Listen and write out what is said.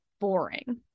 boring